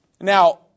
Now